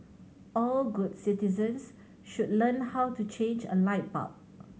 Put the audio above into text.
all good citizens should learn how to change a light bulb